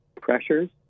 pressures